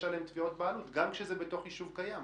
עליהם תביעות בעלות גם כשזה בתוך יישוב קיים.